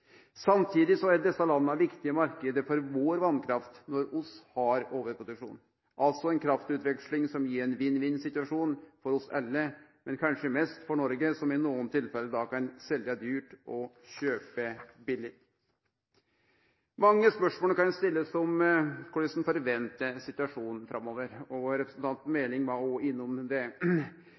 Samtidig er desse landa viktige marknader for vår vasskraft når vi har overproduksjon, altså ei kraftutveksling som gir ein vinn-vinn-situasjon for oss alle, men kanskje mest for Noreg, som i nokre tilfelle kan selje dyrt og kjøpe billig. Ein kan stille mange spørsmål om korleis ein forventar situasjonen framover. Representanten Meling var òg innom det.